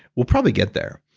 we'll probably get there.